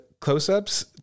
close-ups